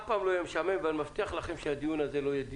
אף פעם לא יהיה משעמם,